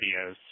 videos